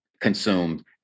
consumed